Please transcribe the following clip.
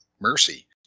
mercy